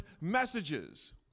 messages